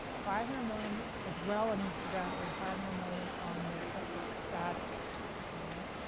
five hundred million, as well, in instagram, and and five hundred million on the whatsapp status, all right?